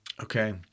okay